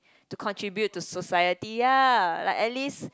to contribute to society ya like at least